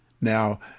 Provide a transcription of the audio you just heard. Now